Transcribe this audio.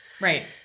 Right